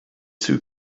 two